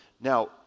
Now